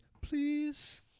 please